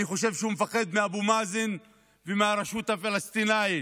אני חושב שהוא מפחד מאבו מאזן ומהרשות הפלסטינית,